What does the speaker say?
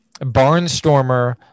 barnstormer